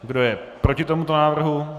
Kdo je proti tomuto návrhu?